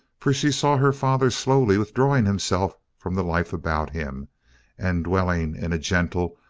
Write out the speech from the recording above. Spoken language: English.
for she saw her father slowly withdrawing himself from the life about him and dwelling in a gentle,